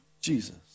Jesus